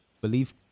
belief